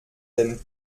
den